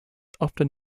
often